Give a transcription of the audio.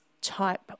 type